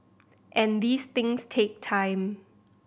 and these things take time